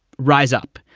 rise up.